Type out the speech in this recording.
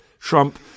Trump